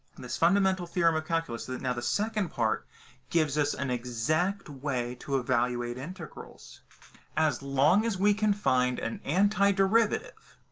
and fundamental theorem of calculus. now, the second part gives us an exact way to evaluate integrals as long as we can find an antiderivative.